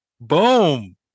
Boom